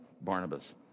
Barnabas